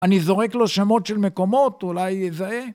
אני זורק לו שמות של מקומות, אולי יזהה.